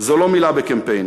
זה לא מילה בקמפיין,